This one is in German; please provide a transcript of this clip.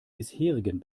bisherigen